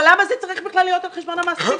אבל למה זה צריך בכלל להיות על חשבון המעסיקים?